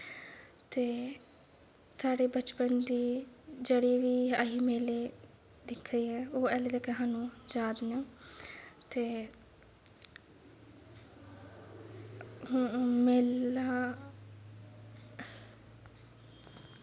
ते साढ़े बचपन दी जेह्ड़ी बी अहीं मेले दिक्खे दे ऐं ओह् हल्ली धोड़ी सानू याद न ते मेला